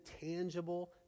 tangible